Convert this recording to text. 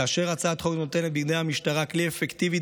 שכן הצעת חוק זאת נותנת בידי המשטרה כלי אפקטיבי,